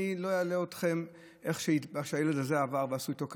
אני לא אלאה אתכם במה שהילד הזה עבר ומה שעשו איתו,